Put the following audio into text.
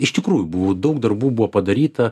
iš tikrųjų buvo daug darbų buvo padaryta